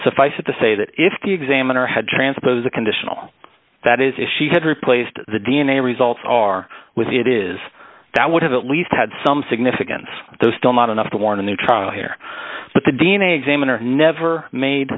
suffice it to say that if the examiner had transposed a conditional that is if she had replaced the d n a results are with it is that would have at least had some significance those still not enough to warn the trial here but the d n a examiner never made